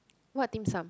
what dimsum